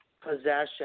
Possession